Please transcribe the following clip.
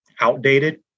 outdated